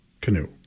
canoe